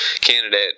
candidate